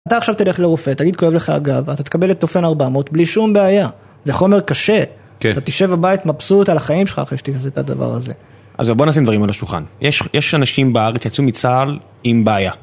אתה עכשיו תלך לרופא, תגיד כואב לך הגב, אתה תקבל את תופן 400 בלי שום בעיה. זה חומר קשה, אתה תישב הבית מבסוט על החיים שלך אחרי שתכניס את הדבר הזה. אז בוא נשים דברים על השולחן. יש אנשים בארץ יצאו מצהל עם בעיה.